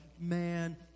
man